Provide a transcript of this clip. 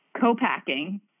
co-packing